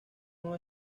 nuevo